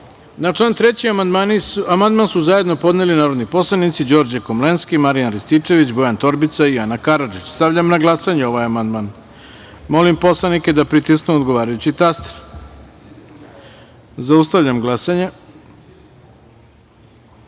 član 3. amandman su zajedno podneli narodni poslanici Đorđe Komlenski, Marijan Rističević, Bojan Torbica i Ana Karadžić. Stavljam na glasanje ovaj amandman. Molim narodne poslanike da pritisnu odgovarajući taster. Zaustavljam glasanje: